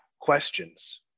questions